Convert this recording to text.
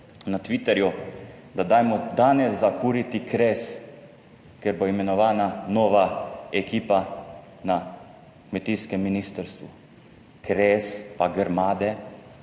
na Twitterju, da dajmo danes zakuriti kres, ker bo imenovana nova ekipa na kmetijskem ministrstvu. Kres, pa grmade,